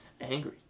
angry